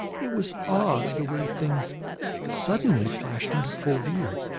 it was odd, the way things suddenly flashed into full view.